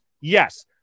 Yes